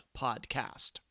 podcast